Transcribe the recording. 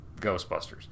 Ghostbusters